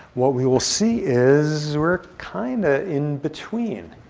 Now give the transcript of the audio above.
what we will see is we're kind of in between.